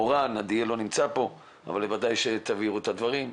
מורן, עדיאל לא נמצא אבל אתם תעבירו את הדברים,